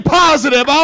positive